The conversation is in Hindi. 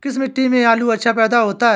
किस मिट्टी में आलू अच्छा पैदा होता है?